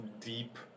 deep